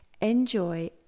Enjoy